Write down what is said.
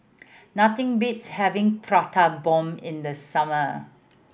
nothing beats having Prata Bomb in the summer